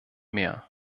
mehr